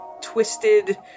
twisted